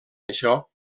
això